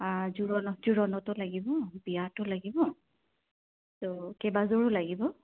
জোৰোণ জোৰোণতো লাগিব বিয়াতো লাগিব ত' কেইবাযোৰো লাগিব